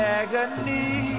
agony